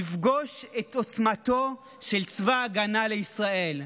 יפגוש את עוצמתו של צבא ההגנה לישראל.